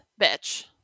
bitch